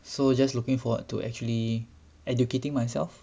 so just looking forward to actually educating myself